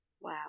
Wow